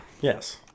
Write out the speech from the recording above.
Yes